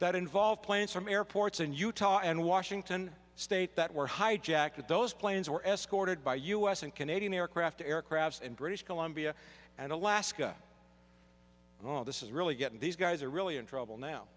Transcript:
that involved planes from airports in utah and washington state that were hijacked those planes were escorted by u s and canadian aircraft aircrafts and british columbia and alaska all this is really getting these guys are really in trouble now